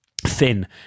thin